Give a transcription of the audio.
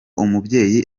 umubyeyi